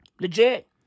legit